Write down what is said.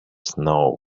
snow